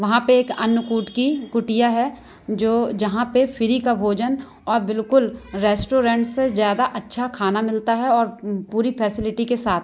वहाँ पर एक अनुकूट की कुटिया है जो जहाँ पर फ़्री का भोजन और बिल्कुल रेस्टोरेंट से ज़्यादा अच्छा खाना मिलता है और पूरी फ़ैसलिटी के साथ